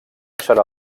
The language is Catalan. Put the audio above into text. serà